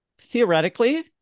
theoretically